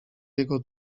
jego